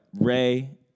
Ray